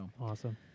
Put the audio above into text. Awesome